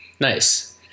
Nice